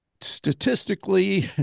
statistically